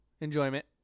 Enjoyment